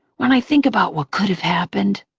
when i think about what could have happened,